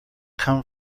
come